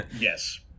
Yes